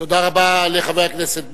תודה רבה לחבר הכנסת ביבי.